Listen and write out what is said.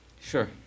Sure